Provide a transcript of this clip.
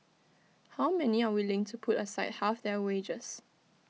how many are willing to put aside half their wages